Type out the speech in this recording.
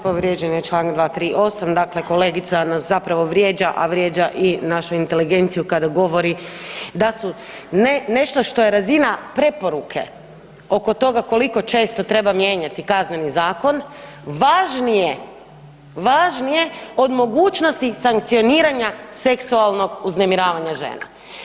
Povrijeđen je čl. 238., dakle kolegica nas zapravo vrijeđa a vrijeđa i našu inteligenciju kada govori da nešto što je razina preporuke oko toga koliko često treba mijenjati Kazneni zakon, važnije od mogućnosti sankcioniranja seksualnog uznemiravanja žene.